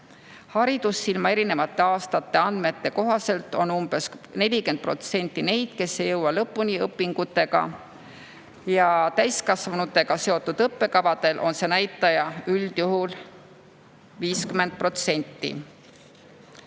Haridussilma erinevate aastate andmete kohaselt on umbes 40% neid, kes ei jõua õpingutega lõpuni, täiskasvanutega seotud õppekavadel on see näitaja üldjuhul 50%.